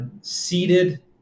seated